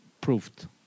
proved